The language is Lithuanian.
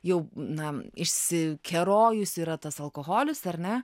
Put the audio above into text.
jau na išsikerojus yra tas alkoholis ar ne